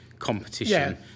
competition